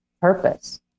purpose